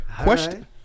Question